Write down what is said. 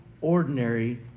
ordinary